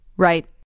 Right